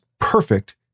Perfect